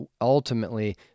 ultimately